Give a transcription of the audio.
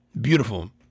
Beautiful